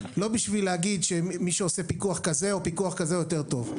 לא בשביל להגיד שמי שעושה פיקוח כזה או פיקוח כזה הוא יותר טוב.